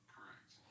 Correct